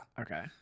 Okay